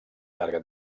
llarga